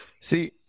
See